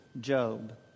Job